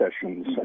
sessions